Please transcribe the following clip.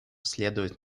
следует